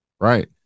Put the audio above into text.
right